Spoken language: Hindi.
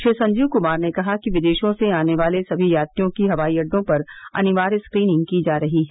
श्री संजीव कुमार ने कहा कि विदेशों से आने वाले सभी यात्रियों की हवाई अड्डों पर अनिवार्य स्क्रीनिंग की जा रही है